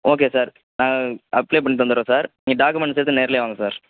okay sir apply பண்ணி தந்தர்றேன் sir நீங்கள் டாக்குமெண்ட்ஸ் எடுத்து நேர்லையே வாங்க சார்